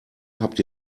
habt